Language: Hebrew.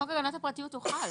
חוק הגנת הפרטיות חל.